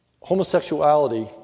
Homosexuality